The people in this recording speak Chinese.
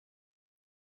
情况